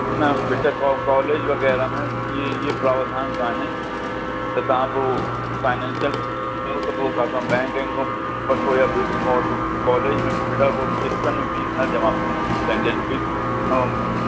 न बेटा कॉलेज वगैरा में इअ इअ प्रावधान कोन्हे त तव्हां पोइ फ़ाइनेशिअल अथव त तव्हां बैंक वैंक खां वठो या ॿियो कंहिंखां वठो कॉलेज में बेटा हूअ किस्तनि में फ़ीस जमा थींदी आहे छो की